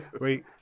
Wait